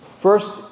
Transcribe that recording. First